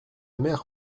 mer